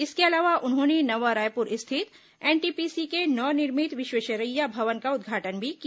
इसके अलावा उन्होंने नवा रायपुर स्थित एनटीपीसी के नवनिर्मित विश्वेश्वरैय्या भवन का उद्घाटन भी किया